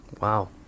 Wow